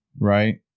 Right